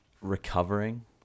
recovering